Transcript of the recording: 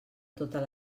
totes